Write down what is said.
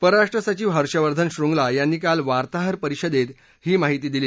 परराष्ट्र सचीव हर्षवर्धन श्रृंगला यांनी काल वार्ताहर परिषदेत ही माहिती दिली